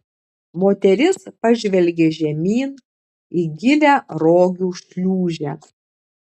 moteris pažvelgė žemyn į gilią rogių šliūžę